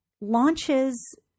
launches